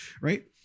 right